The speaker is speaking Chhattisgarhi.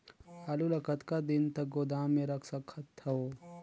आलू ल कतका दिन तक गोदाम मे रख सकथ हों?